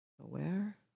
Aware